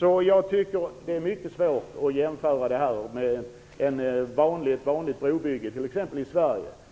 Därför är det mycket svårt att jämföra detta projekt med ett vanligt brobygge i t.ex. Sverige.